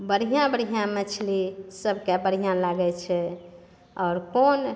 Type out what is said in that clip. बढ़िआँ बढ़िआँ मछली सबके बढ़िआँ लागै छै आओर कोन